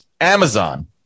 Amazon